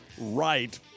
right